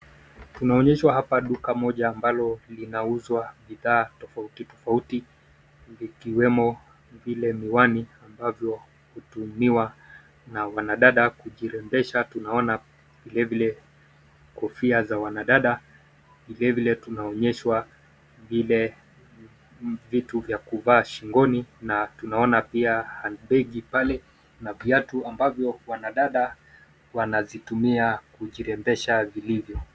Tunaonyeshwa hapa duka moja ambalo linalouzwa bidhaa tofauti tofauti; vikiwemo vile miwani ambavyo hutumiwa na wanadada kujirembesha. Tunaona vilevile kofia za wanadada, vilevile tunaonyeshwa vile vitu vya kuvaa shingoni na tunaona pia handbegi pale na viatu ambavyo wanadada wanazitumia kujirembesha vilivyo.